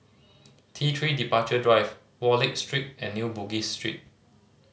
T Three Departure Drive Wallich Street and New Bugis Street